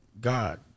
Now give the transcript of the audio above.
God